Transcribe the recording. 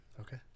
Okay